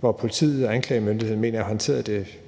mener politiet og anklagemyndigheden har håndteret det